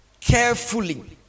carefully